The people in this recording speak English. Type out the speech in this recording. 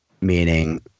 meaning